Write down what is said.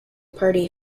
party